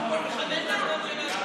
אם עצבנתי את מרגי,